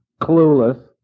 clueless